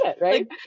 right